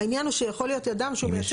העניין הוא שיכול להיות אדם שהוא מייצר